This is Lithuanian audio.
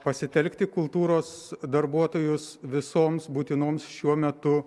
pasitelkti kultūros darbuotojus visoms būtinoms šiuo metu